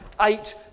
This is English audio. eight